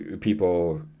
People